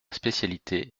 spécialité